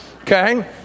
Okay